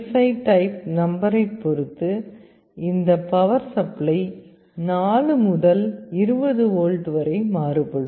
35 type நம்பரைப் பொறுத்து இந்த பவர் சப்ளை 4 முதல் 20 வோல்ட் வரை மாறுபடும்